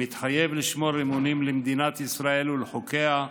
מתחייב לשמור אמונים למדינת ישראל ולחוקיה,